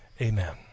Amen